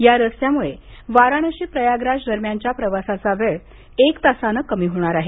या रस्त्यामुळे वाराणशी प्रयागराज दरम्यानच्या प्रवासाचा वेळ एक तासानं कमी होणार आहे